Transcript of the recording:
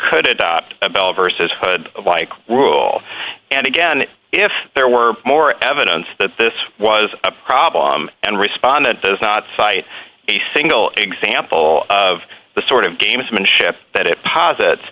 could adopt a bell versus hood like rule and again if there were more evidence that this was a problem and respondent does not cite a single example of the sort of gamesmanship that it posit